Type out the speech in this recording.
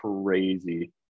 crazy